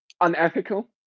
unethical